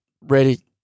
ready